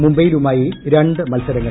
മുംബൈയിലുമായി രണ്ട് മത്സരങ്ങൾ